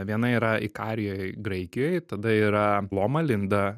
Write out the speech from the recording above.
viena yra ikarijoj graikijoj tada yra loma linda